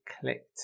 clicked